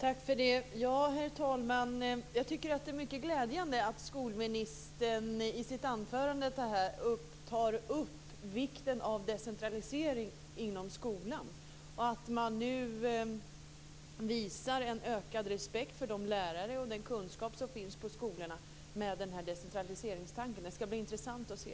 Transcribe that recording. Herr talman! Jag tycker att det är mycket glädjande att skolministern i sitt anförande tar upp vikten av decentralisering inom skolan. Man visar en ökad respekt för de lärare och den kunskap som finns på skolorna med den här decentraliseringstanken. Det skall bli intressant att se.